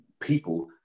people